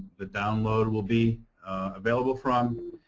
the download will be available from.